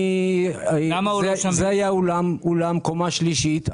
זה היה אולם בקומה שלישית.